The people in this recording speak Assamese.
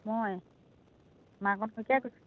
মই মাকণ শইকিয়াই কৈছোঁ